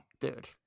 dude